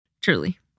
Truly